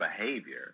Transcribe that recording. behavior